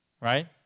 right